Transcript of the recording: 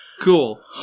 Cool